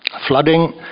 Flooding